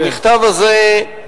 המכתב הזה,